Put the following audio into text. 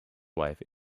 wife